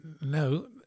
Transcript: No